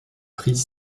prix